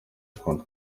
ukuntu